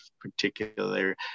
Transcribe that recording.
particular